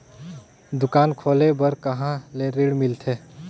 दुकान खोले बार कहा ले ऋण मिलथे?